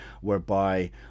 whereby